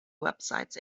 websites